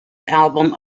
album